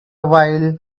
while